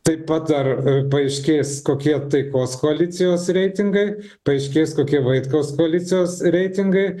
taip pat ar paaiškės kokie taikos koalicijos reitingai paaiškės kokia vaitkaus policijos reitingai